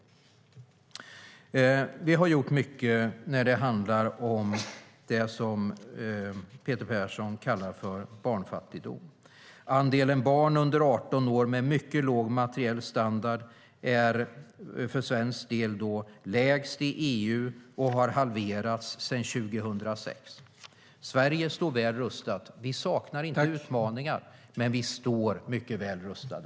Vi har gjort mycket i fråga om det Peter Persson kallar barnfattigdom. Andelen barn under 18 år med mycket låg materiell standard är för svensk del lägst i EU, och den andelen har halverats sedan 2006. Sverige står väl rustat. Vi saknar inte utmaningar, men vi står väl rustade.